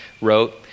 wrote